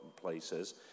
places